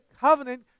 covenant